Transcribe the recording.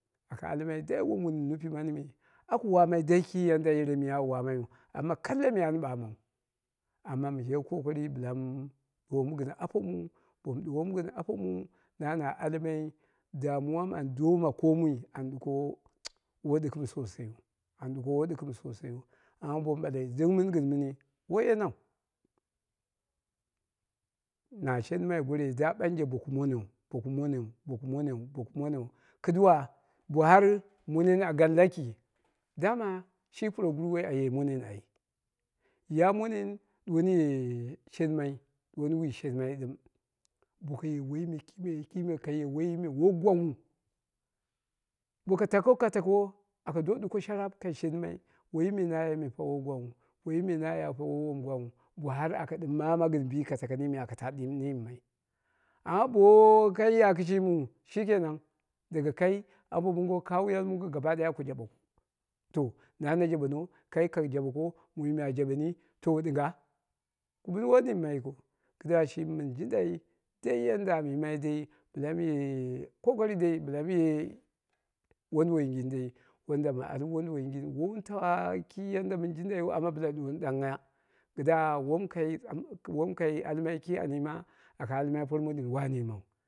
Ka almai dai wom ka nufi mani me aku wammai dai ki wom yere miya au wammaiyu amma kalla me wani ɓamau amma mɨye kokari bɨla mɨ ɗu womu gɨn apomu bomu ɗuwomu gɨn apomu na na almai damuwoi ɨ mɨ an domma koomuu an ɗuko woi ɗɨgɨm sosaiyu sosaiyu, amma bomu ɗɨm mɨnɨ gɨn mɨni woi yenau. Na shenmai gorei da banje boku moneu boku moneu, boku moneu kɨduuwa bo har mu nene a gaan laki dama shi puroguru aye monen ya monen ɗuwoni ye shenmai ɗuwoni wi shenmai ɗɨm, boko ye woiyi me kime, kime boko ye woi gwangngha boko tako ka tako aka do sharap kai shenmai, woiyi me na ya fa woi gwangnghu, woiyi me na ya fa woi gwangnghu bo haraka taa dɨm momma gɨn bi aka ta niimai amma bo wokai ya kɨshimiu shikenan daga kai ambo mongo, kaghiyan mongo ku jaɓoku. To na na jaɓo no kai ka jaboko, mu, me a jaɓeni to ɗɨnga? Ah ku bɨni woi nima yikiu, kɨdda shimi min jindaa dai yadda am yimai dei bɨla mɨye kokari dai, bɨla mɨye wonduwoi gin dai wanda mi al wonduwoi woi wun tawa, yadda mɨn jindaiyu amma bɨla yeni ɗangghaya, wom kai wom kai almai an yima amma por mondin an yimau